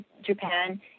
Japan